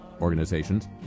organizations